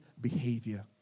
behavior